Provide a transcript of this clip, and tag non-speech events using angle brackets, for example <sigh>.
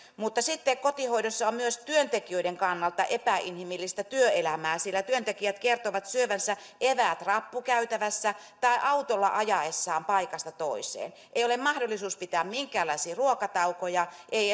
mutta sitten kotihoidossa on myös työntekijöiden kannalta epäinhimillistä työelämää sillä työntekijät kertovat syövänsä eväät rappukäytävässä tai autolla ajaessaan paikasta toiseen ei ole mahdollisuutta pitää minkäänlaisia ruokataukoja ei <unintelligible>